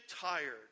tired